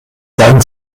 dann